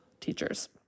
teachers